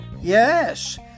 Yes